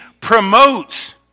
promotes